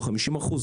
או 50 אחוז,